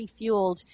refueled